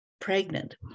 pregnant